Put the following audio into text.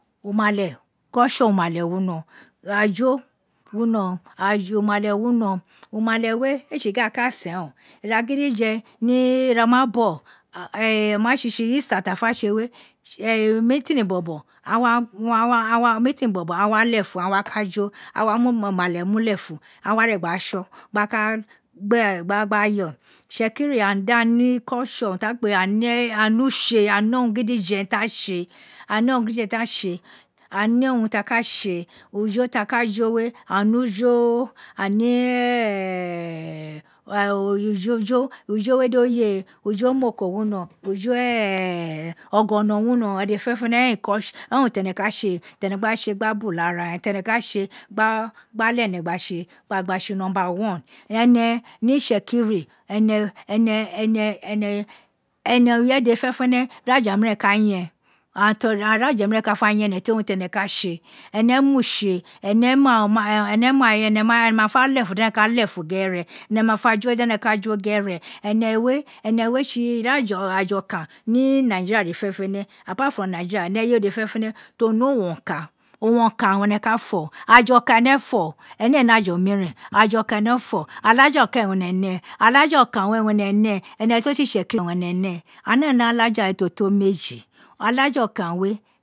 Umale culture umale wino yio wino unle wino umale we ee tse gu a ka sen o ira gidife ni ina ma bogho o ma tsitsi easter ti a fa tse me, neetony easter ti a fa tse ne, neetoy bobo aghan wa aghan wa lefua aghan wa kijo aghan wa mo re gba ra tson gba ka yo itsekiri daghan ne culture, urun ta kpe wu aghan ne utse aghan ne urun gidife ta tse aghan ka jo we aghan ne ujo ujo we do ye ajo omoko wino ujo ogono wino, aghan dede jenejene eren cul eren urun tene ka tse, te ne gbo tse gbu bubra ren tene ka tse gba leghe ene gba tse number lo ene ni itsekiri ene ene ene ene ene owun irefe dede fenefene irafa moren ka yen aghan to aghon irafa miren ka fe fen ene mu tse umu ti ene ba tse, ene mu tse ene mai ene ma fe lefun dene la lefuh gbere ene ma fa jo, dene ta jo ghere ene we ene re tse waja oka ni nigeria ni eye we dede from nigeria ni eye we owun oka ene ka fo aja aku ene fo ene ee ne aja omiren aja oka ene fo, olaja okwun ene ne, alaja oka we ene ne enu ti o tse itsekiri ene ne ene ee ne olaja we to to meji alaja oka use